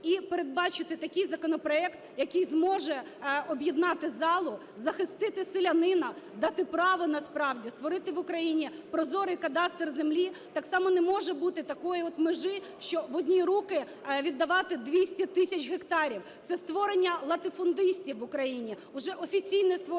і передбачити такий законопроект, який зможе об'єднати залу, захистити селянина, дати право, насправді, створити в Україні прозорий кадастр землі. Так само не може бути такої от межі, що в одні руки віддавати 200 тисяч гектарів. Це створення латифундистів в Україні, уже офіційне створення